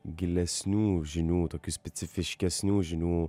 gilesnių žinių tokių specifiškesnių žinių